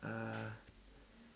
uh